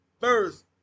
first